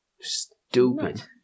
Stupid